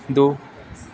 ਦੋ